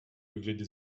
вигляді